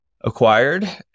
acquired